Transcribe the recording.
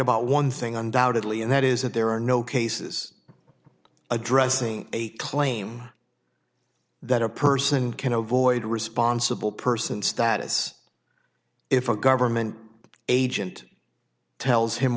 about one thing undoubtedly and that is that there are no cases addressing a claim that a person can avoid a responsible person status if a government agent tells him